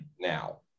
now